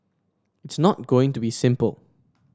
it's not going to be simple